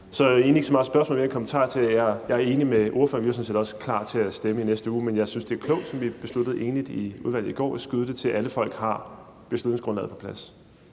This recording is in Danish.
er egentlig ikke så meget et spørgsmål, men mere en kommentar. Jeg er enig med ordføreren. Jeg er sådan set også klar til at stemme i næste uge, men jeg synes, det er klogt, som vi besluttede og blev enige om i udvalget i går, at skyde det, til alle folk har beslutningsgrundlaget på plads.